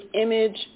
image